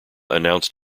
announced